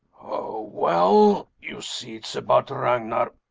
well, you see, it's about ragnar.